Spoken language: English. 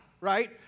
right